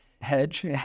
hedge